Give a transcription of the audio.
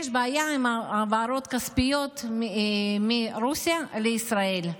כי יש בעיה עם העברות כספיות מרוסיה לישראל.